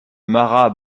marat